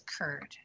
occurred